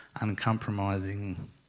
uncompromising